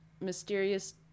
mysterious